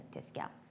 discount